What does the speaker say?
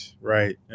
Right